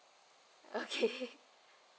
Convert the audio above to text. okay